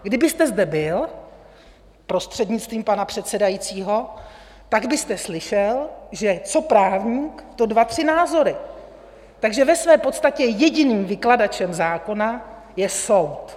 Kdybyste zde byl, prostřednictvím pana předsedajícího, tak byste slyšel, že co právník, to dva tři názory, takže ve své podstatě jediným vykladačem zákona je soud.